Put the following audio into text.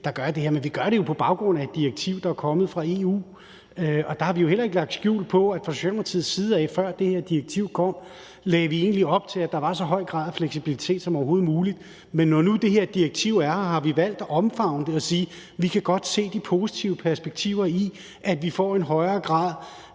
der gør det her. Men vi gør det jo på baggrund af et direktiv, der er kommet fra EU. Og der har vi jo heller ikke lagt skjul på, før det her direktiv kom, at vi fra Socialdemokratiets side egentlig lagde op til, at der var en så høj grad af fleksibilitet som overhovedet muligt. Men når nu det her direktiv er her, har vi valgt at omfavne det og sige: Vi kan godt se de positive perspektiver i, at vi får en højere grad